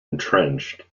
entrenched